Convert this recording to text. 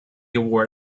award